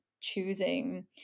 choosing